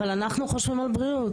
אנחנו חושבים על בריאות.